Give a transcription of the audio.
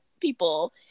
people